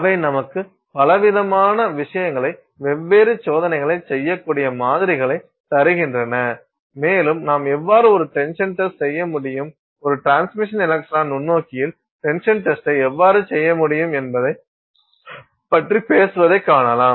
அவை நமக்கு பலவிதமான விஷயங்களை வெவ்வேறு சோதனைகளைச் செய்யக்கூடிய மாதிரிகளை தருகின்றன மேலும் நாம் எவ்வாறு ஒரு டென்ஷன் டெஸ்ட் செய்ய முடியும் ஒரு டிரான்ஸ்மிஷன் எலக்ட்ரான் நுண்ணோக்கியில் டென்ஷன் டெஸ்ட் யை எவ்வாறு செய்ய முடியும் என்பதைப் பற்றி பேசுவதைக் காணலாம்